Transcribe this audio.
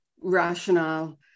rationale